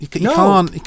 No